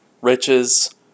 riches